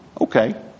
Okay